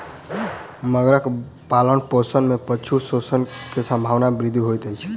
मगरक पालनपोषण में पशु शोषण के संभावना में वृद्धि होइत अछि